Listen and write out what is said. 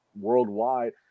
worldwide